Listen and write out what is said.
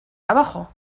abajo